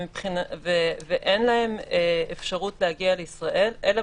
ואין להם אפשרות להגיע לישראל אלא